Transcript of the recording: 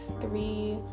three